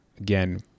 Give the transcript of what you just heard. again